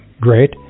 great